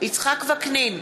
יצחק וקנין,